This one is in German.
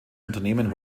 unternehmen